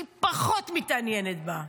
היא פחות מתעניינת בה.